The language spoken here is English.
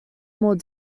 more